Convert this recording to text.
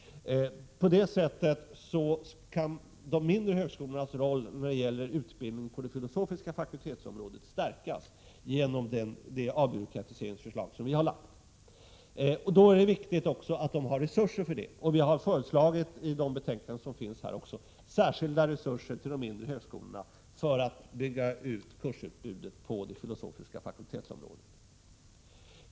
På det sättet kan de mindre högskolornas roll när det gäller utbildningen på det filosofiska fakultetsområdet stärkas genom det avbyråkratiseringsförslag som vi har lagt fram. Då är det viktigt att de mindre högskolorna har resurser för detta. Vi har också, vilket framgår av de betänkanden som vi nu behandlar, föreslagit särskilda resurser till de mindre högskolorna, så att de skall kunna öka utbudet av kurser på det filosofiska fakultetsområdet.